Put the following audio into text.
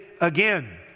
again